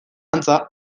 antza